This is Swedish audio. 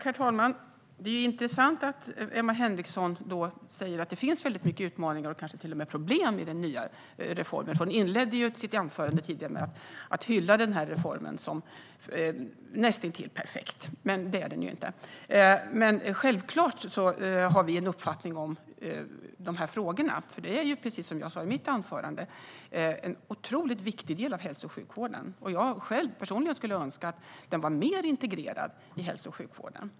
Herr talman! Det är intressant att Emma Henriksson säger att det finns många utmaningar och kanske till och med problem i den nya reformen. Hon inledde ju sitt anförande tidigare med att hylla reformen som något som är näst intill perfekt. Men det är den inte. Självklart har vi en uppfattning om de här frågorna. Precis som jag sa i mitt anförande är detta en otroligt viktig del av hälso och sjukvården. Personligen skulle jag önska att den var mer integrerad i hälso och sjukvården.